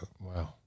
Wow